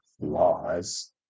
Laws